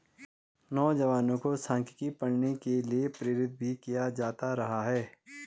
नौजवानों को सांख्यिकी पढ़ने के लिये प्रेरित भी किया जाता रहा है